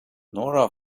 nora